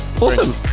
awesome